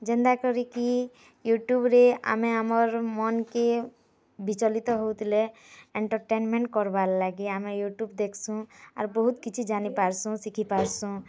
ଯେନ୍ତାକରି କି ୟୁଟୁବ୍ ରେ ଆମେ ଆମର୍ ମନ୍କେ ବିଚଲିତ ହଉଥିଲେ ଏଣ୍ଟରଟେନମେଣ୍ଟ୍ କର୍ବାର୍ ଲାଗି ଆମେ ୟୁଟ୍ୟୁବ୍ ଦେଖ୍ସୁଁ ଆର୍ ବହୁତ୍ କିଛି ଜାନିପାରୁସୁଁ ଶିଖିପାରୁସୁଁ